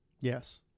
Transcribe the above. Yes